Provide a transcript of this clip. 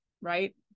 right